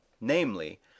namely